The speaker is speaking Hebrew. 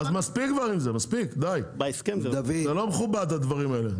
אז מספיק כבר עם זה, די, זה לא מכובד הדברים האלה.